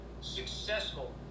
successful